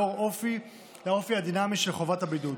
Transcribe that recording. לאור האופי הדינמי של חובת הבידוד.